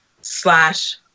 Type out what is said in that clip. slash